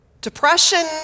Depression